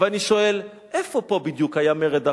ואני שואל: איפה פה בדיוק היה מרד החורבן?